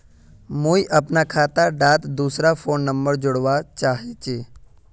मुई अपना खाता डात दूसरा फोन नंबर जोड़वा चाहची?